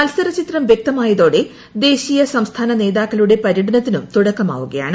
മത്സരചിത്രം വ്യക്തമായതോടെ ദേശീയ സംസ്ഥാന നേതാക്കളുടെ പര്യടനത്തിനും തുടക്കമാവുകയാണ്